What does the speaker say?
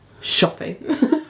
shopping